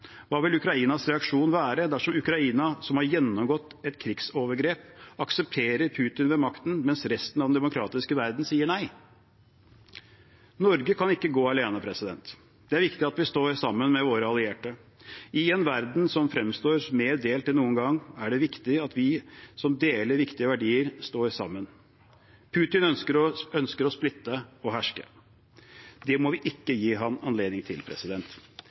Hva vil Ukrainas reaksjon være dersom Ukraina, som har gjennomgått et krigsovergrep, aksepterer Putin ved makten, mens resten av den demokratiske verden sier nei? Norge kan ikke gå alene, det er viktig at vi står sammen med våre allierte. I en verden som fremstår mer delt enn noen gang, er det viktig at vi som deler viktige verdier, står sammen. Putin ønsker å splitte og herske. Det må vi ikke gi ham anledning til.